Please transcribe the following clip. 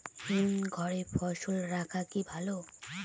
হিমঘরে ফসল রাখা কি ভালো?